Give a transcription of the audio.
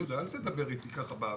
יהודה, אל תדבר איתי ככה באוויר.